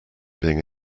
being